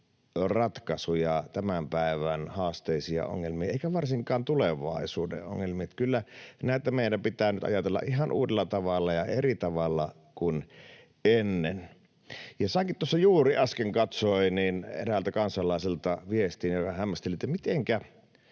ratkaisuja tämän päivän haasteisiin ja ongelmiin, eikä varsinkaan tulevaisuuden ongelmiin, että kyllä näitä meidän pitää nyt ajatella ihan uudella tavalla ja eri tavalla kuin ennen. Katsoin, että sainkin tuossa juuri äsken viestin eräältä kansalaiselta, joka hämmästeli, että miten